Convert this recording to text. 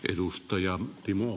arvoisa puhemies